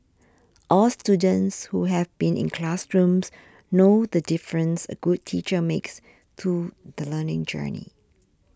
all students who have been in classrooms know the difference a good teacher makes to the learning journey